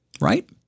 right